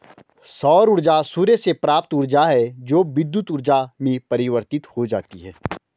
सौर ऊर्जा सूर्य से प्राप्त ऊर्जा है जो विद्युत ऊर्जा में परिवर्तित हो जाती है